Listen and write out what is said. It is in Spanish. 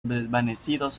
desvanecidos